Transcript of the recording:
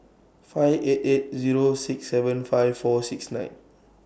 five eight eight Zero six seven five four six nine